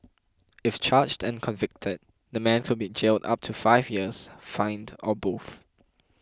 if charged and convicted the man could be jailed up to five years fined or both